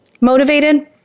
motivated